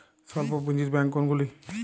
স্বল্প পুজিঁর ব্যাঙ্ক কোনগুলি?